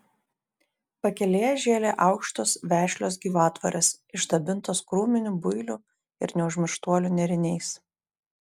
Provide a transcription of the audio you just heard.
pakelėje žėlė aukštos vešlios gyvatvorės išdabintos krūminių builių ir neužmirštuolių nėriniais